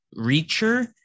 Reacher